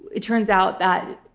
it turns out that,